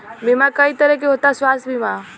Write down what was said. बीमा कई तरह के होता स्वास्थ्य बीमा?